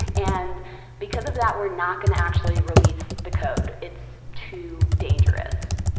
and because of that, we're not going to actually release the code. it's too dangerous.